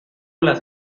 las